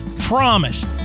promise